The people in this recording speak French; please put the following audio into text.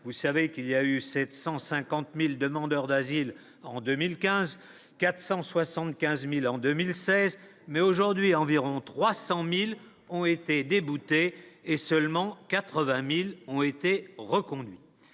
vous savez qu'il y a eu 750000 demandeurs d'asile en 2015 475000 en 2016 mais aujourd'hui environ 300000 ont été déboutés et seulement 80000 ont été reconduits,